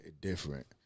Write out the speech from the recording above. different